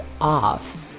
off